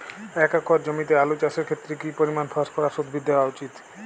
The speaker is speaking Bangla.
এক একর জমিতে আলু চাষের ক্ষেত্রে কি পরিমাণ ফসফরাস উদ্ভিদ দেওয়া উচিৎ?